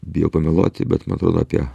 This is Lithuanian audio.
bijau pameluoti bet man atrodo apie